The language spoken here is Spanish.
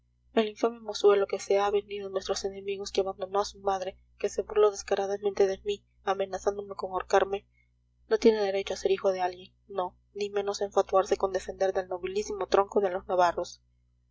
el infame mozuelo que se ha vendido a nuestros enemigos que abandonó a su madre que se burló descaradamente de mí amenazándome con ahorcarme no tiene derecho a ser hijo de alguien no ni menos a enfatuarse con descender del nobilísimo tronco de los navarros